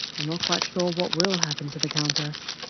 i'm not quite sure what will happen to the countess.